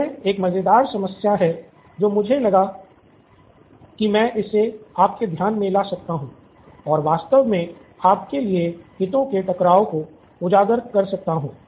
यह एक मजेदार समस्या है जो मुझे लगा कि मैं इसे आपके ध्यान में ला सकता हूं और वास्तव में आपके लिए हितों के टकराव को उजागर कर सकता हूं